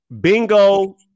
bingo